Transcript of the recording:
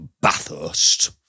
Bathurst